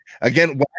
again